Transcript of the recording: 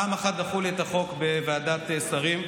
פעם אחת דחו לי את החוק בוועדת השרים.